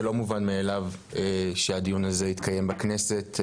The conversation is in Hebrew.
זה לא מובן מאליו שהדיון הזה מתקיים בכנסת,